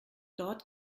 dort